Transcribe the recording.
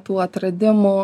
tų atradimų